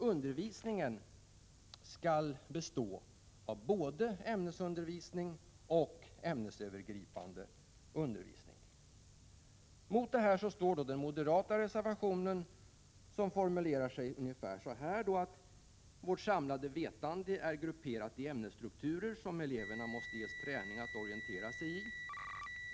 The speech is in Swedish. ”Undervisningen skall bestå av både ämnesundervisning och ämnesövergripande undervisning.” Mot detta står moderaternas reservation, där de formulerar sig ungefär så här: Vårt samlade vetande är grupperat i ämnesstrukturer, som eleverna måste ges träning att orientera sig i.